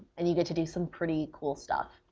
and you get to do some pretty cool stuff.